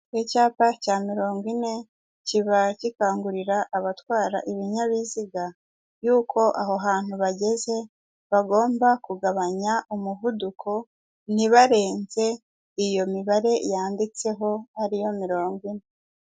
Icyapa cya mirongo ine kiba gikangurira abatwara ibinyabiziga y'uko, aho hantu bageze bagomba kugabanya umuvuduko, ntibarenze iyo mibare yanditseho ariyo mirongo ine.